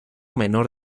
menor